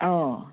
অঁ